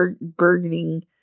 burdening